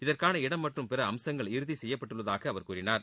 இதற்கான இடம் மற்றும் பிற அம்சங்கள் இறுதி செய்யப்பட்டுள்ளதாக அவர் கூறினார்